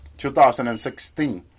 2016